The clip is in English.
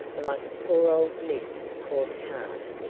like a poor old limp court-card.